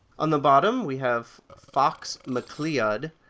on the bottom we have focks macleod,